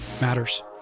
matters